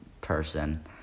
person